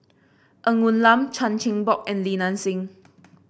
Ng Woon Lam Chan Chin Bock and Li Nanxing